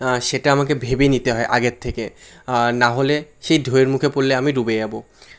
সেটা আমাকে ভেবে নিতে হয় আগের থেকে নাহলে সেই ঢেউয়ের মুখে পড়লে আমি ডুবে যাবো